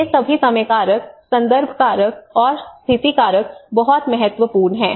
ये सभी समय कारक संदर्भ कारक और स्थिति कारक बहुत महत्वपूर्ण हैं